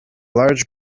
large